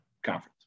conference